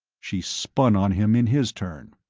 she spun on him in his turn.